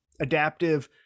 adaptive